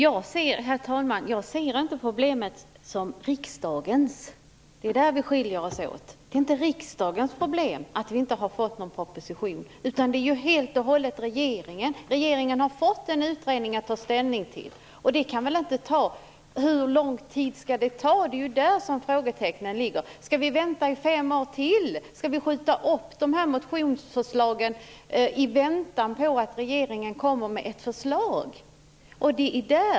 Herr talman! Jag ser inte problemet som riksdagens. Det är där vi skiljer oss åt. Det är inte riksdagens problem att vi inte fått någon proposition, utan det är helt och hållet regeringens fel. Regeringen har fått en utredning att ta ställning till. Hur lång tid skall det ta? Det är frågan. Skall vi vänta i fem år till? Skall vi skjuta upp motionsförslagen i väntan på att regeringen kommer med ett förslag?